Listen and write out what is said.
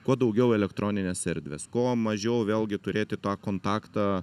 kuo daugiau elektroninės erdvės kuo mažiau vėlgi turėti tą kontaktą